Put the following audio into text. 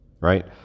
Right